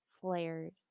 flares